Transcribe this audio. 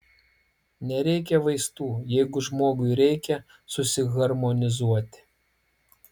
nereikia vaistų jeigu žmogui reikia susiharmonizuoti